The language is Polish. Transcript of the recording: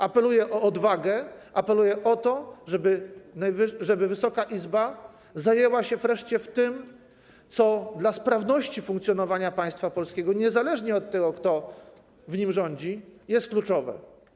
Apeluję o odwagę, apeluję o to, żeby Wysoka Izba zajęła się wreszcie tym, co dla sprawności funkcjonowania państwa polskiego, niezależnie od tego, kto w nim rządzi, jest kluczowe.